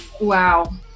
wow